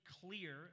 clear